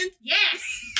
Yes